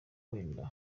wenda